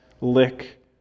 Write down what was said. lick